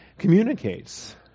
communicates